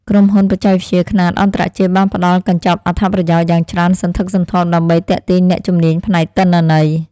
ក្រុមហ៊ុនបច្ចេកវិទ្យាខ្នាតអន្តរជាតិបានផ្តល់កញ្ចប់អត្ថប្រយោជន៍យ៉ាងច្រើនសន្ធឹកសន្ធាប់ដើម្បីទាក់ទាញអ្នកជំនាញផ្នែកទិន្នន័យ។